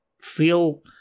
feel